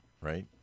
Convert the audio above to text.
right